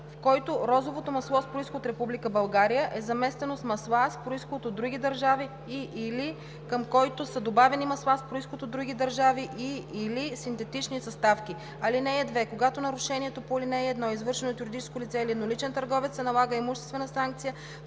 в който розовото масло с произход Република България е заместено с масла с произход от други държави и/или към който са добавени масла с произход от други държави и/или синтетични съставки. (2) Когато нарушението по ал. 1 е извършено от юридическо лице или едноличен търговец, се налага имуществена санкция